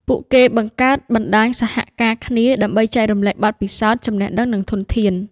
ពួកគេបង្កើតបណ្តាញសហការគ្នាដើម្បីចែករំលែកបទពិសោធន៍ ចំណេះដឹង និងធនធាន។